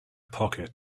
pocket